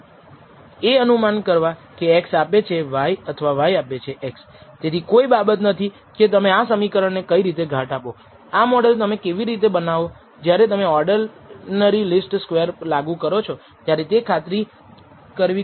એકસરખાં રીગ્રેસનમાં આપણી પાસે ફક્ત આ બે પરિમાણો છે પરંતુ બહુરેખીય રીગ્રેસનમાં ઘણા બધા પરિમાણો છે જે તમારી પાસે દરેક સ્વતંત્ર ચલને અનુરૂપ હશે અને તેથી તમે જોશો એવી ઘણી વધુ પૂર્વધારણા પરીક્ષણ હશે